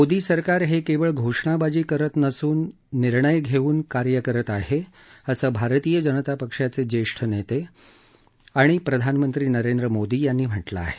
मोदी सरकार हे केवळ घोषणाबाजी करत नसून निर्णय घेऊन कार्य करत आहे असं भारतीय जनता पक्षाचे ज्येष्ठ नेते आणि प्रधानमंत्री नरेंद्र मोदी यांनी म्हटलं आहे